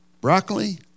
Broccoli